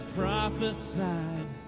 prophesied